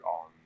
on